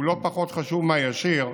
הוא לא פחות חשוב מהישיר.